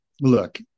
look